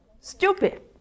stupid